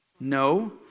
No